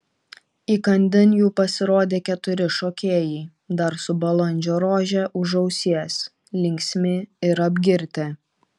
įkandin jų pasirodė keturi šokėjai dar su balandžio rože už ausies linksmi ir apgirtę